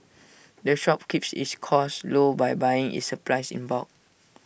the shop keeps its costs low by buying its supplies in bulk